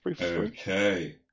Okay